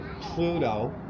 Pluto